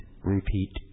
repeat